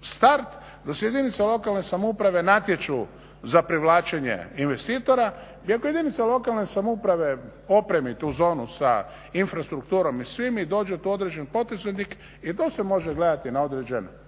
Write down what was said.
start da se jedinice lokalne samouprave natječu za privlačenje investitora iako jedinice lokalne samouprave opremi tu zonu sa infrastrukturom i svim i dođe tu određeni poduzetnik i to se može gledati na određen